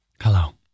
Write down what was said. Hello